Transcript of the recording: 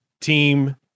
team